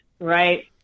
Right